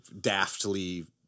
daftly